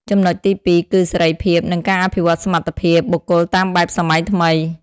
ចំណុចទីពីរគឺ "សេរីភាព" និង "ការអភិវឌ្ឍសមត្ថភាព" បុគ្គលតាមបែបសម័យថ្មី។